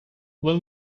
when